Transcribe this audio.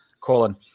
Colin